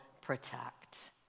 protect